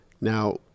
Now